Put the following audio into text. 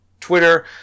Twitter